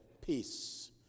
peace